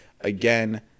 again